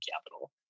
capital